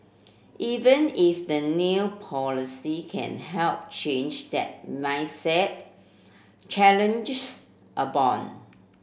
even if the new policy can help change that mindset challenges abound